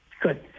Good